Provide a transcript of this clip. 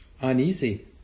uneasy